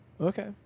Okay